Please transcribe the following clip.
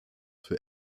für